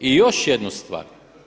I još jedna stvar.